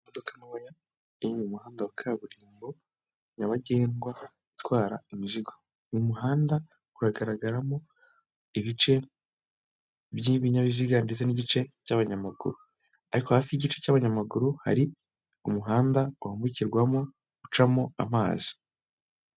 Imodoka ntoya iri mu muhanda wa kaburimbo nyabagendwa utwara imizigo, uyu muhanda uragaragaramo ibice by'ibinyabiziga ndetse n'igice cy'abanyamaguru, ariko hafi y'igice cy'abanyamaguru hari umuhanda wambukirwamo ucamo amazi.